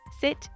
Sit